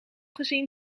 gezien